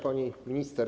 Pani Minister!